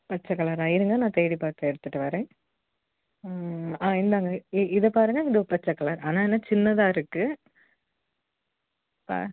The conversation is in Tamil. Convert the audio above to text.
பச்சைக் கலரா இருங்க நான் தேடி பார்த்து எடுத்துகிட்டு வரேன் ஆ இந்தாங்க இ இதை பாருங்க இதோ பச்சைக் கலர் ஆனால் என்ன சின்னதாக இருக்குது பா